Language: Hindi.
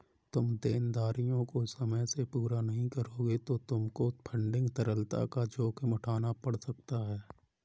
तुम देनदारियों को समय से पूरा नहीं करोगे तो तुमको फंडिंग तरलता का जोखिम उठाना पड़ सकता है